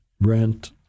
rent